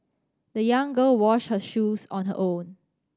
the young girl washed her shoes on her own